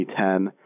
2010